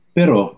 pero